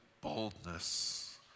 boldness